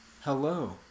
hello